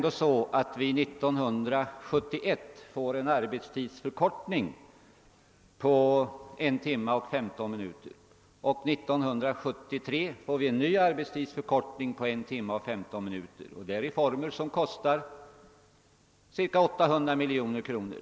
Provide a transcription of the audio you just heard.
År 1971 får vi en arbetstidsförkortning med 1 timme 15 minuter och 1973 en arbetstidsförkortning med ytterligare 1 timme 15 minuter. Det är reformer som kostar ca 800 miljoner kronor.